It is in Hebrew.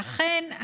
ואכן,